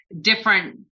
different